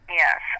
yes